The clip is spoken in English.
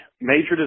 major